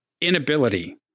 inability